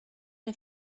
der